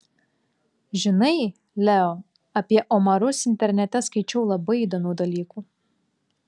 žinai leo apie omarus internete skaičiau labai įdomių dalykų